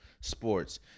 sports